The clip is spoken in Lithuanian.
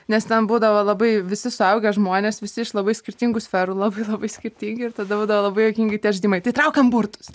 nes ten būdavo labai visi suaugę žmonės visi iš labai skirtingų sferų labai labai skirtingi ir tada būdavo labai juokingi tie žaidimai tai traukiam burtus